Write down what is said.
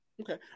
Okay